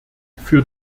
für